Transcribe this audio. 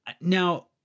Now